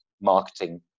marketing